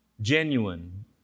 Genuine